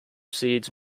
seeds